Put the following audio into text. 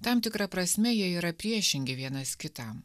tam tikra prasme jie yra priešingi vienas kitam